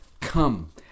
come